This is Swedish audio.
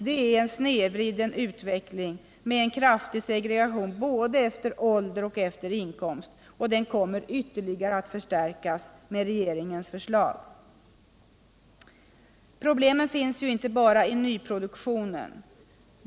Det innebär en snedvriden utveckling med en kraftig segregation både efter ålder och inkomst, och den kommer ytterligare att förstärkas med regeringens förslag. Problemen finns inte bara i nyproduktionen.